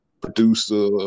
producer